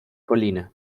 colina